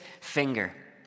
finger